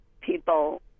people